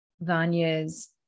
Vanya's